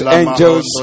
angels